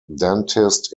dentist